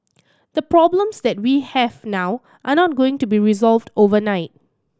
the problems that we have now are not going to be resolved overnight